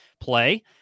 play